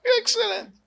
Excellent